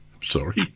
sorry